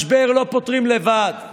משבר לא פותרים לבד.